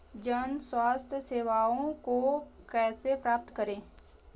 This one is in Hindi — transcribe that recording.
जन स्वास्थ्य सेवाओं को कैसे प्राप्त करें?